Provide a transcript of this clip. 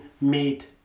made